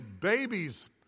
babies